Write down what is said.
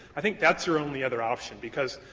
i think that's your only other option. because,